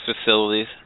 facilities